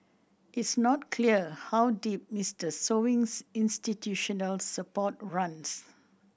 it's not clear how deep Mister Sewing's institutional support runs